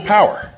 Power